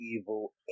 Evil